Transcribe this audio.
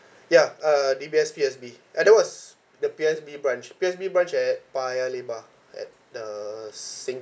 ya uh D_B_S P_O_S_B and that was the P_O_S_B branch P_O_S_B branch at paya lebar at the